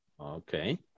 Okay